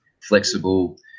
flexible